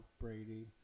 Brady